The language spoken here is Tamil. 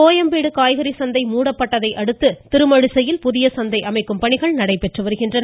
கோயம்பேடு காய்கறி சந்தை மூடப்பட்டதையடுத்து திருமழிசையில் புதிய சந்தை அமைக்கும் பணிகள் நடைபெற்று வருகின்றன